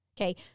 Okay